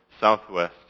southwest